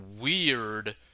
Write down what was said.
weird